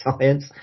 science